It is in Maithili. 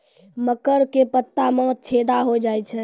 मकर के पत्ता मां छेदा हो जाए छै?